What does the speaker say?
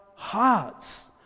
Hearts